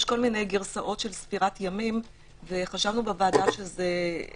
יש כל מיני גרסאות של ספירת ימים וחשבנו בוועדה שמיותר,